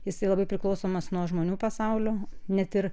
jisai labai priklausomas nuo žmonių pasaulio net ir